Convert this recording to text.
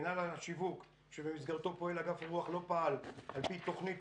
מינהל השיווק שבמסגרתו פועל אגף אירוח לא פעל על פי תוכנית